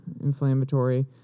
inflammatory